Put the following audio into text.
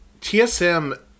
TSM